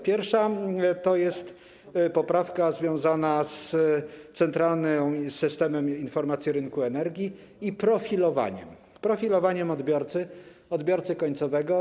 Pierwsza to jest poprawka związana z centralnym systemem informacji rynku energii i profilowaniem, profilowaniem odbiorcy, odbiorcy końcowego.